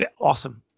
Awesome